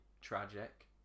tragic